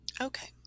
Okay